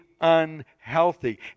unhealthy